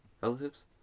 relatives